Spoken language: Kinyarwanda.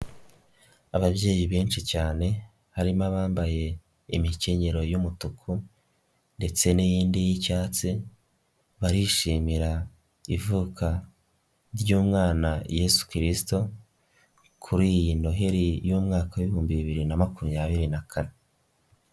Ababyeyi benshi cyane harimo abambaye imikenyero y'umutuku ndetse n'iyindi y'icyatsi, barishimira ivuka ry'umwana Yesu Kirisito, kuri iyi Noheli y'umwaka w'ibihumbi bibiri na makumyabiri na kane.